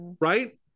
right